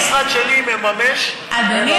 המשרד שלי מממש, אדוני